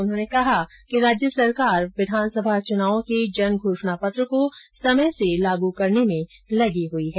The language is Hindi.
उन्होंने कहा कि राज्य सरकार विधानसभा चुनावों के जन घोषणा पत्र को समय से लागू करने में लगी हुई है